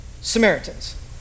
Samaritans